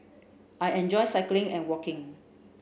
I enjoy cycling and walking